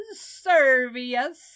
Servius